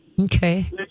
Okay